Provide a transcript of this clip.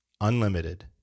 Unlimited